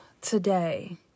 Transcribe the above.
today